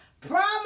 Promise